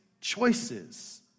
choices